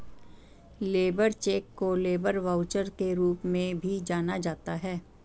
labour cheque को labour voucher के रूप में भी जाना जाता है